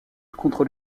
contre